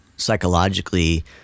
psychologically